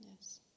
Yes